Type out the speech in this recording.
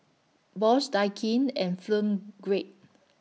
Bosch Daikin and Film Grade